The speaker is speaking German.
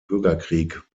bürgerkrieg